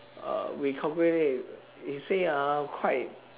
uh we calculate we say uh quite